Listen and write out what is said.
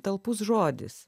talpus žodis